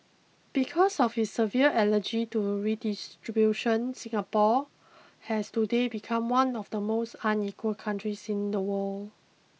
because of his severe allergy to redistribution Singapore has today become one of the most unequal countries in the world